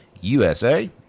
USA